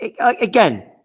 Again